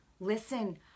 Listen